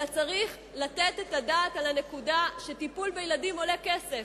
אלא צריך לתת את הדעת על הנקודה שטיפול בילדים עולה כסף,